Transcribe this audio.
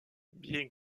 bien